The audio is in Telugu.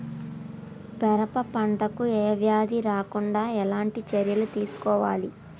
పెరప పంట కు ఏ వ్యాధి రాకుండా ఎలాంటి చర్యలు తీసుకోవాలి?